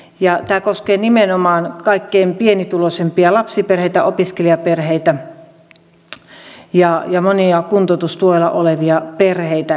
tämä koskee nimenomaan kaikkein pienituloisimpia lapsiperheitä opiskelijaperheitä ja monia kuntoutustuella olevia perheitä ja ihmisiä